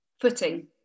footing